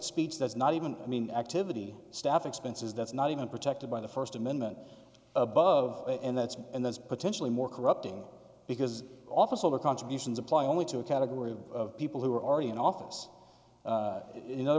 speech that's not even i mean activity staff expenses that's not even protected by the first amendment above and that's and that's potentially more corrupting because officeholder contributions apply only to a category of people who are already in office in other